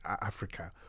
Africa